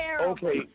Okay